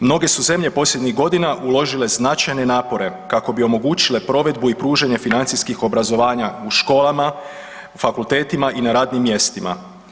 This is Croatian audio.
Mnoge su zemlje posljednjih godina uložile značajne napore kako bi omogućile provedbu i pružanje financijskih obrazovanja u školama, fakultetima i na radnim mjestima.